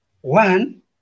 One